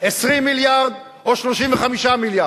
20 מיליארד או 35 מיליארד?